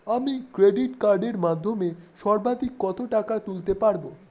আমি ক্রেডিট কার্ডের মাধ্যমে সর্বাধিক কত টাকা তুলতে পারব?